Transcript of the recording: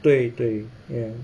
对对